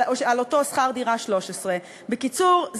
על אותו שכר דירה 13. בקיצור,